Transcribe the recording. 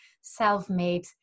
self-made